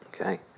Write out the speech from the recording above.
Okay